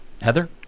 Heather